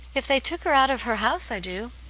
if they took her out of her house, i do.